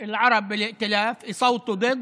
שהח"כים הערבים בקואליציה יצביעו נגד,